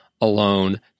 alone